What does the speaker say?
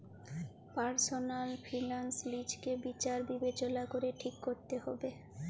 personal finance লিজকে বিচার বিবচলা ক্যরে ঠিক ক্যরতে হুব্যে